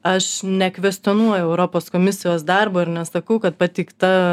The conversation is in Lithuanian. aš nekvestionuoju europos komisijos darbo ir nesakau kad pateikta